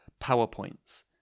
PowerPoints